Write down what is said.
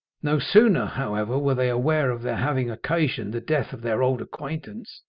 no sooner, however, were they aware of their having occasioned the death of their old acquaintance,